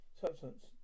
Substance